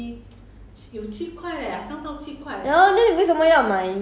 贱 mm 贱货